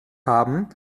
haben